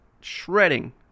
shredding